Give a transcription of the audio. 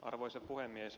arvoisa puhemies